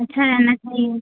अच्छा रहना चाहिए